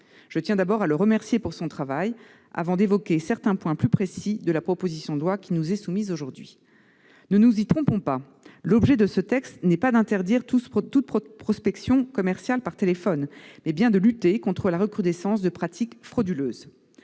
Je tiens à le remercier de son travail, avant d'évoquer certains points plus précis de la proposition de loi qui nous est soumise aujourd'hui. Ne nous y trompons pas : l'objet de ce texte est non pas d'interdire toute prospection commerciale par téléphone, mais bien de lutter contre la recrudescence de pratiques frauduleuses.